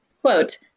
quote